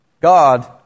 God